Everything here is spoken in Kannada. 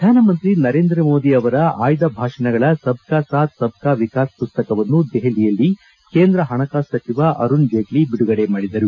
ಪ್ರಧಾನಮಂತ್ರಿ ನರೇಂದ್ರ ಮೋದಿ ಅವರ ಆಯ್ದ ಭಾಷಣಗಳ ಸಬ್ ಕಾ ಸಾಥ್ ಸಬ್ ಕಾ ವಿಕಾಸ್ ಮಸ್ತಕವನ್ನು ದೆಹಲಿಯಲ್ಲಿ ಕೇಂದ್ರ ಹಣಕಾಸು ಸಚಿವ ಅರುಣ್ ಜೇಟ್ಲಿ ಬಿಡುಗಡೆ ಮಾಡಿದರು